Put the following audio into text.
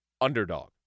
underdog